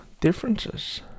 differences